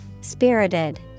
Spirited